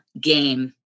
game